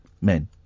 men